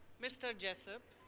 mr. jessup,